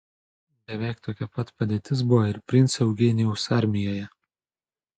beveik tokia pat padėtis buvo ir princo eugenijaus armijoje